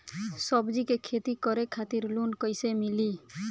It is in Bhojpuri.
सब्जी के खेती करे खातिर लोन कइसे मिली?